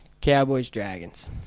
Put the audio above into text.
Cowboys-Dragons